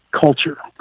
Culture